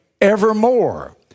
evermore